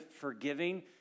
forgiving